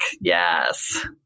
Yes